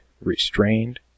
restrained